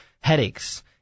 headaches